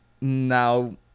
now